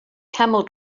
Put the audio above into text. camel